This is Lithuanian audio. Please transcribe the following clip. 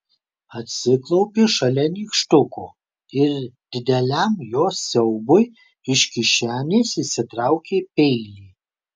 atsiklaupė šalia nykštuko ir dideliam jo siaubui iš kišenės išsitraukė peilį